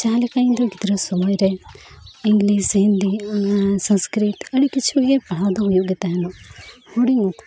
ᱡᱟᱦᱟᱸ ᱞᱮᱠᱟ ᱤᱧ ᱫᱚ ᱜᱤᱫᱽᱨᱟᱹ ᱥᱩᱢᱟᱹᱭ ᱨᱮ ᱤᱝᱞᱤᱥ ᱦᱤᱱᱫᱤ ᱟᱨ ᱥᱚᱝᱥᱠᱨᱤᱛ ᱟᱹᱰᱤ ᱠᱤᱪᱷᱩᱜᱮ ᱯᱟᱲᱦᱟᱣ ᱫᱚ ᱦᱩᱭᱩᱜ ᱜᱮ ᱛᱟᱦᱮᱱᱚᱜ ᱦᱩᱰᱤᱝ ᱚᱠᱛᱚᱨᱮ